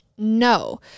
No